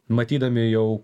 matydami jau